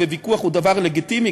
ויכוח הוא דבר לגיטימי,